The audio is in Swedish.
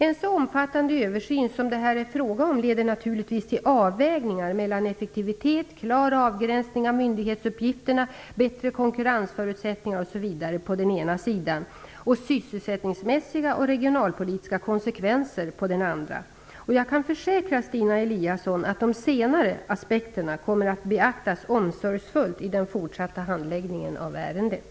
En så omfattande översyn som det här är fråga om leder naturligtvis till avvägningar mellan effektivitet, klar avgränsning av myndighetsuppgifterna, bättre konkurrensförutsättningar osv. på den ena sidan och sysselsättningsmässiga och regionalpolitiska konsekvenser på den andra. Jag kan försäkra Stina Eliasson att de senare aspekterna kommer att beaktas omsorgsfullt i den fortsatta handläggningen av ärendet.